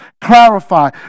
clarify